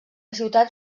ciutat